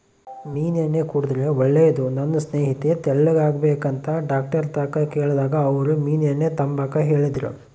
ಮೀನೆಣ್ಣೆ ಕುಡುದ್ರೆ ಒಳ್ಳೇದು, ನನ್ ಸ್ನೇಹಿತೆ ತೆಳ್ಳುಗಾಗ್ಬೇಕಂತ ಡಾಕ್ಟರ್ತಾಕ ಕೇಳ್ದಾಗ ಅವ್ರು ಮೀನೆಣ್ಣೆ ತಾಂಬಾಕ ಹೇಳಿದ್ರು